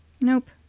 Nope